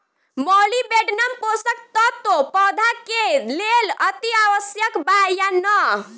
Molybdenum पोषक तत्व पौधा के लेल अतिआवश्यक बा या न?